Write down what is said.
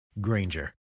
Granger